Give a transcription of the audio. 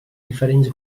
diferents